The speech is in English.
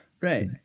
Right